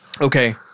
Okay